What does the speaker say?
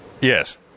Yes